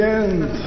end